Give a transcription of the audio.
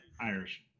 Irish